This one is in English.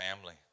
family